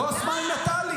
כוס מים לטלי.